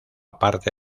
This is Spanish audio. parte